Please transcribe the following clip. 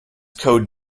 code